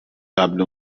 قبل